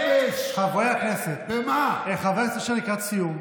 חבר הכנסת אשר לקראת סיום,